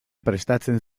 prestatzen